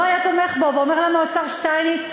אומר לנו השר שטייניץ,